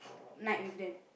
night with them